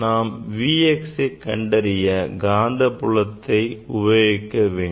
நாம் Vxஐ கண்டறிய காந்தப்புலத்தை உபயோகிக்க வேண்டும்